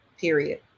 Period